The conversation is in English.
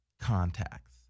contacts